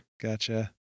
Gotcha